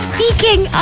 Speaking